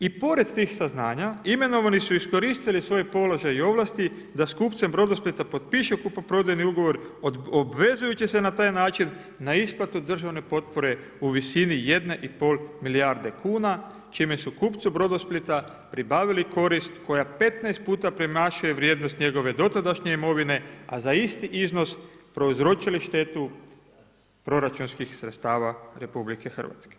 I pored tih saznanja imenovani su iskoristili svoj položaj i ovlasti da s kupcem Brodosplita potpišu kupoprodajni ugovor obvezujući se na taj način na isplatu državne potpore u visini 1,5 milijarde kuna čime su kupcu Brodosplita pribavili korist koja 15 puta premašuje vrijednost njegove dotadašnje imovine, a za isti iznos prouzročili štetu proračunskih sredstava RH.